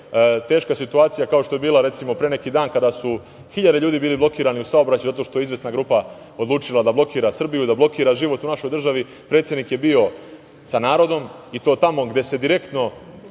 teška situacija, kao što je bila, recimo, pre neki dan, kada su hiljade ljudi bili blokirani u saobraćaju zato što je izvesna grupa odlučila da blokira Srbiju, da blokira život u našoj državi, predsednik je bio sa narodom i to tamo gde se narodu,